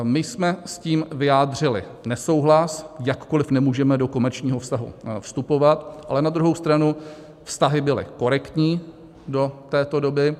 My jsme s tím vyjádřili nesouhlas, jakkoliv nemůžeme do komerčního vztahu vstupovat, ale na druhou stranu vztahy byly korektní do této doby.